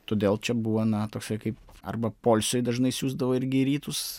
todėl čia buvo na toksai kaip arba poilsiui dažnai siųsdavo irgi į rytus